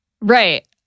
Right